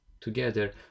together